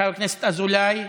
חבר הכנסת אזולאי,